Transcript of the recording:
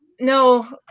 No